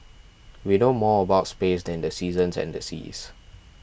we know more about space than the seasons and the seas